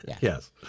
Yes